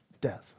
Death